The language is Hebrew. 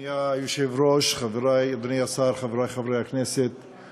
אדוני היושב-ראש, אדוני השר, חברי חברי הכנסת,